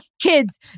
kids